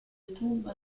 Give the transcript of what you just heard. youtube